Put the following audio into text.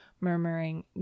murmuring